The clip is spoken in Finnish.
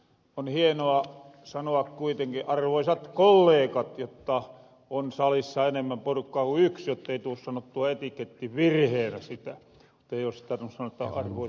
on hienoa sanoa kuitenki arvoisat kollegat jotta on salissa enemmän porukkaa kuin yksi jottei tuu sanottua etikettivirheenä sitä jos täytys sanoa että arvoisa kollega